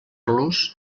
los